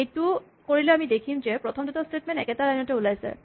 এইটো কৰিলে আমি দেখিম যে প্ৰথম দুটা স্টেটমেন্ট একেটা লাইন তে ওলাইছে